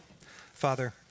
Father